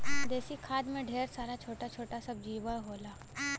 देसी खाद में ढेर सारा छोटा छोटा सब जीव होलन